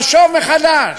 חשוב מחדש,